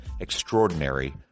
extraordinary